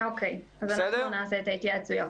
באחריות מי להכשיר אותם?